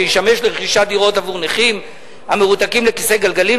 שישמש לרכישת דירות עבור נכים המרותקים לכיסא גלגלים,